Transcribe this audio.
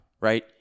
Right